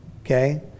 Okay